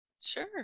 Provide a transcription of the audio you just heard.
Sure